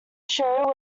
show